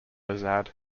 azad